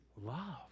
love